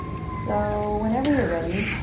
so, whenever you're ready,